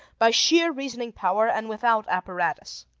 by sheer reasoning power, and without apparatus.